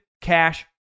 Cash